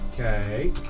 Okay